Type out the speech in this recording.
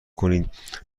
کنید